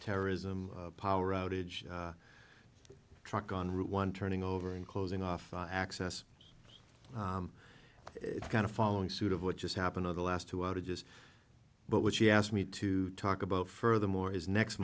terrorism power outage truck on route one turning over and closing off access it's kind of following suit of what just happened of the last two outages but what she asked me to talk about further more is next